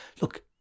Look